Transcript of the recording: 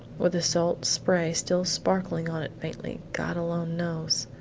with the salt spray still sparkling on it faintly, god alone knows.